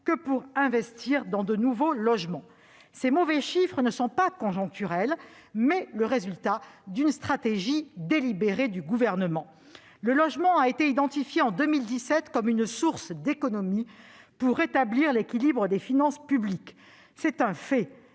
que pour investir dans de nouveaux logements. Ces mauvais chiffres ne sont pas conjoncturels, ils sont bien le résultat d'une stratégie délibérée du Gouvernement. Le logement a été identifié en 2017 comme une source d'économies pour rétablir l'équilibre des finances publiques. C'est un fait.